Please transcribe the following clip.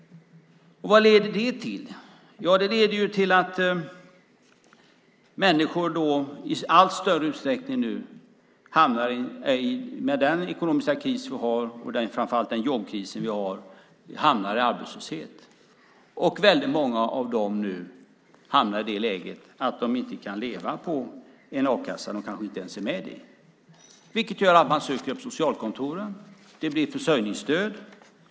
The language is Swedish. Vad leder det till? Jo, det leder till att människor i allt större utsträckning med den ekonomiska kris som vi har, och framför allt med den jobbkris som vi har, nu hamnar i arbetslöshet. Väldigt många av dessa människor hamnar nu i det läget att de inte kan leva på a-kasseersättningen. De kanske inte ens är med i a-kassan. Det gör att de söker upp socialkontoret. Det blir försörjningsstöd.